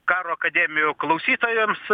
karo akademijų klausytojams